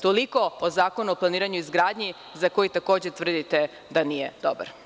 Toliko o Zakonu o planiranju i izgradnji za koji takođe tvrdite da nije dobar.